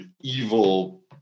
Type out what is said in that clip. evil